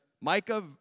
Micah